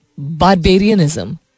barbarianism